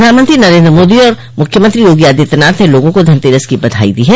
प्रधानमंत्री नरेन्द्र मोदी और मुख्यमंत्री योगी आदित्यनाथ ने लोगों को धनतेरस की बधाइ दी है